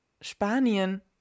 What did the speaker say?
Spanien